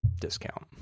discount